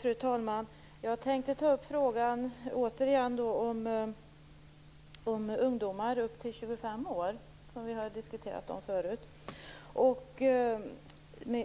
Fru talman! Jag tänkte återigen ta upp frågan om ungdomar upp till 25 år, som vi har diskuterat tidigare.